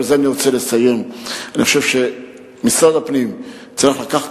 בזה אני רוצה לסיים: אני חושב שמשרד הפנים צריך לקחת